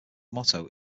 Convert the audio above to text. motto